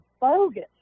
bogus